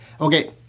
Okay